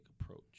approach